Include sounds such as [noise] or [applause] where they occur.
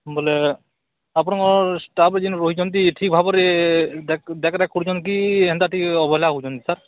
ବୋଲେ ଆପଣଙ୍କ ଷ୍ଟାଫ୍ ଯେନ୍ ରହିଛନ୍ତି ଠିକ୍ ଭାବରେ [unintelligible] କରୁଛନ୍ତି କି ହେନ୍ତା କରୁଛନ୍ତି ଅବହେଲା ହେଉଛନ୍ତି ସାର୍